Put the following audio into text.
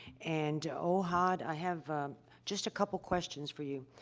and, ohad, i have just a couple of questions for you.